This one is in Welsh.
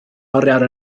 oriawr